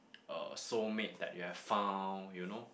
a soul mate that you have found you know